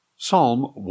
Psalm